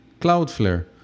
Cloudflare